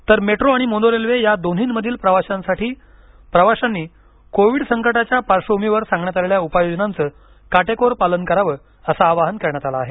तर मेट्रो आणो mono railway या दोन्हीमधील प्रवासासाठी प्रवाशांनी कोविड संकटाच्या पार्श्वभूमीवर सांगण्यात आलेल्या उपाययोजनांचं काटेकोर पालन करावं असं आवाहन करण्यात आलं आहे